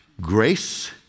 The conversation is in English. grace